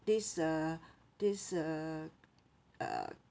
this uh this uh uh